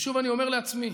ושוב, אני אומר לעצמי,